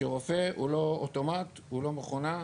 שרופא הוא לא אוטומט, הוא לא מכונה,